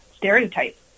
stereotype